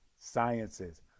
Sciences